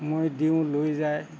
মই দিওঁ লৈ যায়